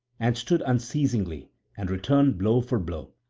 and stood unceasingly and returned blow for blow.